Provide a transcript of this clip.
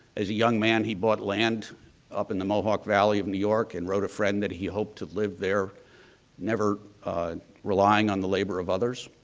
as a young man, he bought land up in mohawk valley of new york and wrote a friend that he hope to live there never relying on the labor of others.